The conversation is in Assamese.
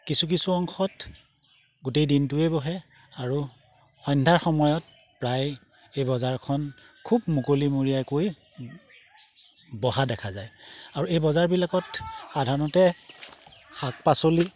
কিছু কিছু অংশত গোটেই দিনটোৱেই বহে আৰু সন্ধ্যাৰ সময়ত প্ৰায় এই বজাৰখন খুব মুকলিমূৰীয়াকৈ বহা দেখা যায় আৰু এই বজাৰবিলাকত সাধাৰণতে শাক পাচলি